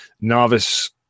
novice